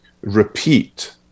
repeat